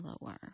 lower